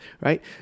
right